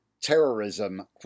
terrorism